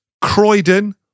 Croydon